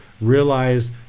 realize